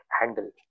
handle